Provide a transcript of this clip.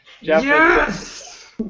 Yes